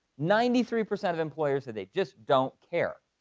ninety three percent of employers said they just don't care